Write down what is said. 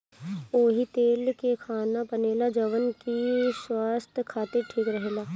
ओही तेल में खाना बनेला जवन की स्वास्थ खातिर ठीक रहेला